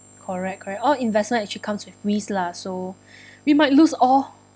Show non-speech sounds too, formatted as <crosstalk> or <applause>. correct correct all investment actually comes with risk lah so <breath> we might lose all